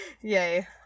Yay